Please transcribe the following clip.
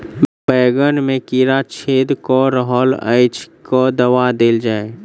बैंगन मे कीड़ा छेद कऽ रहल एछ केँ दवा देल जाएँ?